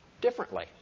differently